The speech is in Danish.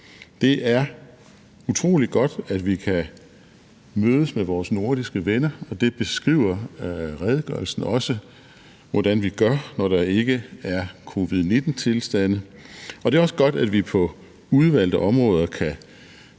Det er utrolig godt, at vi kan mødes med vores nordiske venner, og det beskriver redegørelsen også hvordan vi gør, når der ikke er covid-19-tilstande. Og det er også godt, at vi på udvalgte områder, kan